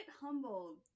humbled